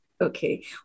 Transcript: Okay